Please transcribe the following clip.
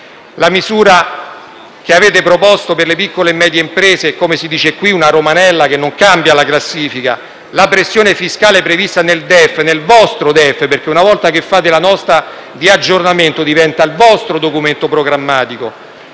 La misura che avete proposto per le piccole e medie imprese è, come si dice qui, una romanella che non cambia la classifica. La pressione fiscale prevista nel vostro DEF (perché una volta che fate la Nota di aggiornamento diventa il vostro documento programmatico)